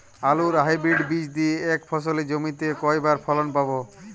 আলুর হাইব্রিড বীজ দিয়ে এক ফসলী জমিতে কয়বার ফলন পাব?